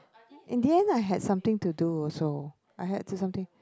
in the end I had something to do also I had to something